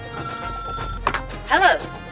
Hello